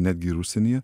netgi ir užsienyje